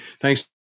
Thanks